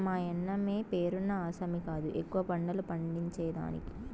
మాయన్నమే పేరున్న ఆసామి కాదు ఎక్కువ పంటలు పండించేదానికి